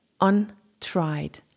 untried